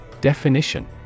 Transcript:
Definition